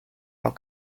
los